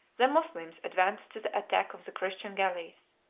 the moslems advanced to the attack of the christian galleys,